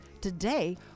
Today